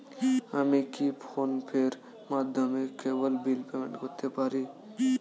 আমি কি ফোন পের মাধ্যমে কেবল বিল পেমেন্ট করতে পারি?